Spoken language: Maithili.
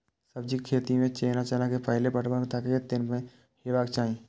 सब्जी के खेती में जेना चना के पहिले पटवन कतेक दिन पर हेबाक चाही?